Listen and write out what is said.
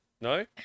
No